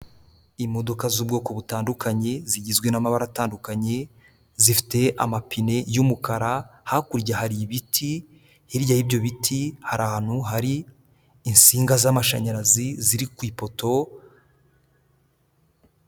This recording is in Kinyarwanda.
Imodoka z'ubwoko butandukanye, zigizwe n'amabara atandukanye, zifite amapine y'umukara, hakurya hari ibiti, hirya y'ibyo biti, hari ahantu hari insinga z'amashanyarazi ziri ku ipoto...